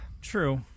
True